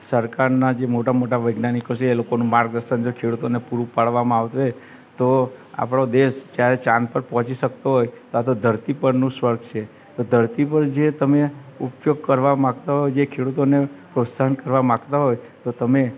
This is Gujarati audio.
સરકારના જે મોટા મોટા વૈજ્ઞાનિકો છે એ લોકોનું માર્ગદર્શન જો ખેડૂતોને પૂરું પાડવામાં આવશે તો આપણો દેશ જ્યારે ચાંદ પર પહોંચી શકતો હોય ત્યાં તો ધરતી પરનું સ્વર્ગ છે તો ધરતી પર જે તમે ઉપયોગ કરવા માંગતા હોય જે ખેડૂતોને પ્રોત્સાહન કરવા માંગતા હોય તો તમે